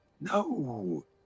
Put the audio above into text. No